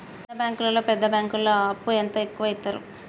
చిన్న బ్యాంకులలో పెద్ద బ్యాంకులో అప్పు ఎంత ఎక్కువ యిత్తరు?